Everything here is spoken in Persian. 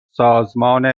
سازمان